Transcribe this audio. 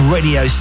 Radio